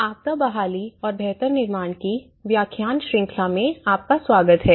आपदा बहाली और बेहतर निर्माण की व्याख्यान श्रृंखला में आपका स्वागत है